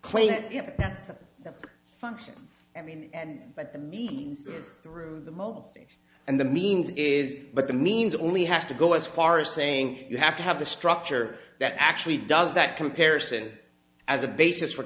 that functions i mean and but the meetings through the most and the means is but the means only have to go as far as saying you have to have the structure that actually does that comparison as a basis for